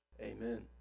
Amen